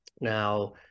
Now